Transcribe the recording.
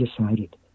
decided